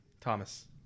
Thomas